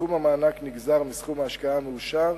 סכום המענק נגזר מסכום ההשקעה המאושר